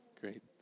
great